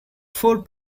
four